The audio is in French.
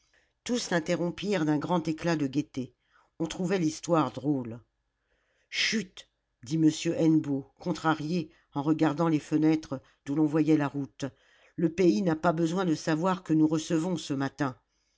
tous l'interrompirent d'un grand éclat de gaieté on trouvait l'histoire drôle chut dit m hennebeau contrarié en regardant les fenêtres d'où l'on voyait la route le pays n'a pas besoin de savoir que nous recevons ce matin